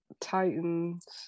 Titans